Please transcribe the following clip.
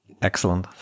excellent